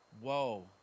whoa